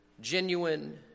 genuine